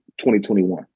2021